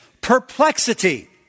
perplexity